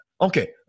Okay